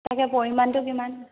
তাকে পৰিমাণটো কিমান